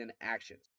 actions